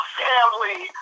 family